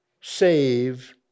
save